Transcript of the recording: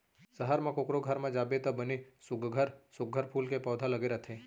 सहर म कोकरो घर म जाबे त बने सुग्घर सुघ्घर फूल के पउधा लगे रथे